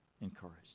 encouraged